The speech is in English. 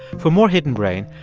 for more hidden brain,